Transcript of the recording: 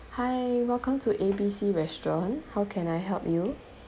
hi welcome to A B C restaurant how can I help you